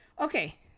Okay